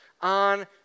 on